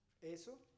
eso